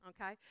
Okay